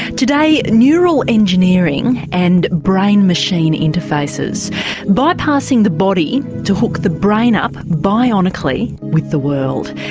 today, neural engineering and brain machine interfaces bypassing the body to hook the brain up bionically with the world.